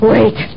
Wait